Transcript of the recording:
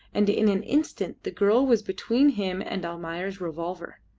and in an instant the girl was between him and almayer's revolver.